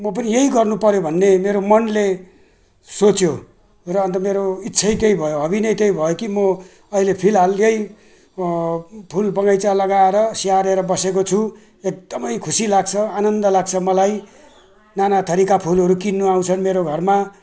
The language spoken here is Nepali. म पनि यही गर्नु पर्यो भन्ने मेरो मनले सोच्यो र अन्त मेरो इच्छा त्यही भयो हभी नै त्यही भयो कि म अहिले फिलहाल यही फुल बगैँचा लगाएर स्याहारेर बसेको छु एकदम खुसी लाग्छ आनन्द लाग्छ मलाई नानाथरीका फुलहरू किन्नु आउँछन् मेरो घरमा